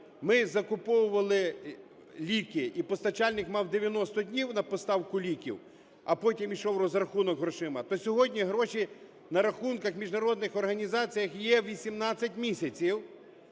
ми закуповували ліки і постачальник мав 90 днів на поставку ліків, а потім йшов розрахунок грошима, то сьогодні гроші на рахунках міжнародних організацій є 18 місяців